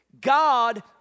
God